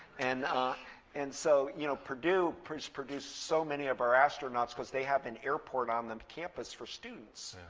and and so you know purdue purdue produced so many of our astronauts, because they have an airport on the campus for students.